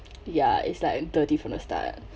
ya it's like dirty from the start